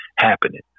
happening